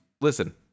Listen